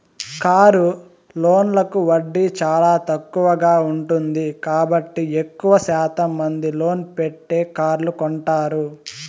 car లోన్లకు వడ్డీ చానా తక్కువగా ఉంటుంది కాబట్టి ఎక్కువ శాతం మంది లోన్ పెట్టే కార్లు కొంటారు